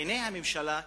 בעיני הממשלה,